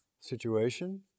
situation